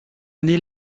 année